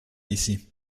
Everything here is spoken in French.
ici